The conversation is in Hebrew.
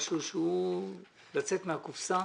משהו שהוא לצאת מהקופסה.